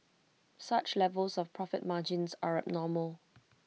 such levels of profit margins are normal